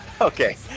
okay